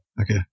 Okay